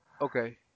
Okay